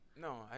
No